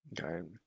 Okay